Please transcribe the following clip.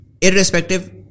irrespective